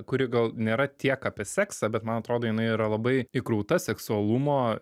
kuri gal nėra tiek apie seksą bet man atrodo jinai yra labai įkrauta seksualumo